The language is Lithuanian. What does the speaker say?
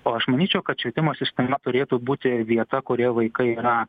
o aš manyčiau kad švietimo sistema turėtų būti vieta kurioje vaikai yra